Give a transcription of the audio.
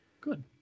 good